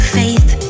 faith